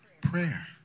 Prayer